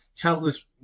countless